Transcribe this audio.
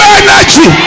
energy